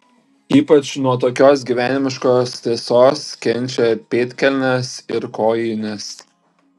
ypač nuo tokios gyvenimiškos tiesos kenčia pėdkelnės ir kojinės